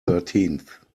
thirteenth